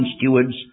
stewards